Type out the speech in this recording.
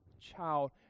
child